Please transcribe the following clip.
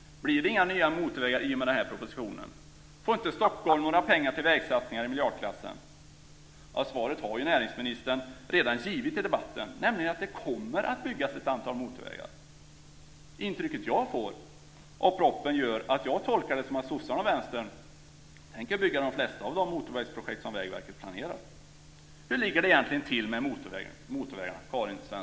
Blir det inga nya motorvägar i och med den här propositionen? Får inte Stockholm några pengar till vägsatsningar i miljardklassen? Svaret har näringsministern redan gett i debatten. Det kommer att byggas ett antal motorvägar. Det intryck jag får av propositionen gör att jag tolkar det som att sossarna och Vänstern tänker bygga de flesta av de motorvägsprojekt som Vägverket planerat. Hur ligger det egentligen till med motorvägarna, Karin